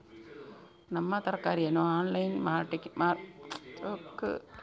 ನಮ್ಮ ತರಕಾರಿಯನ್ನು online marketing ಮಾಡಲು ಎಂತ ಮಾಡುದು?